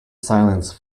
silence